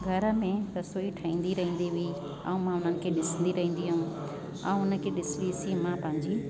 घर में रसोई ठाहींदी रईंदी हुई ऐं मां उननि खे ॾिसंदी रहींदी हुअमि ऐं उन खे ॾिसी ॾिसी मां पंहिंजी